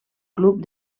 club